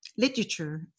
Literature